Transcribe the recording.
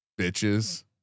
bitches